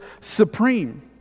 supreme